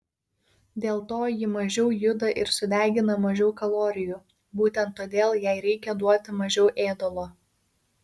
dėl to ji mažiau juda ir sudegina mažiau kalorijų būtent todėl jai reikia duoti mažiau ėdalo